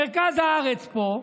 מרכז הארץ פה,